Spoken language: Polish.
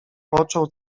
począł